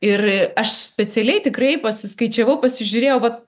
ir aš specialiai tikrai pasiskaičiavau pasižiūrėjau vat